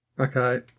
Okay